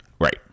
Right